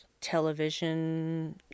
television